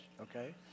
okay